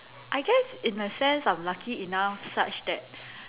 I guess in sense I'm lucky enough such that